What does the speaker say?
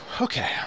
Okay